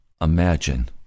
Imagine